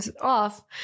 off